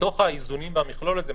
בתוך האיזונים במכלול הזה,